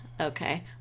okay